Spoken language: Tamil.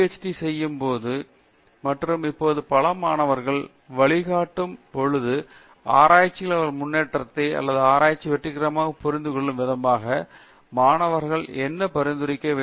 டி செயும்பொழுது மற்றும் இப்போது பல மாணவர்களை வழிகாட்டும் பொழுது ஆராய்ச்சியில் அவர்களின் முன்னேற்றத்தை அல்லது ஆராய்ச்சியில் வெற்றிகரமாக புரிந்து கொள்ளும் விதமாக மாணவர்களுக்கு என்ன பரிந்துரைக்க வேண்டும்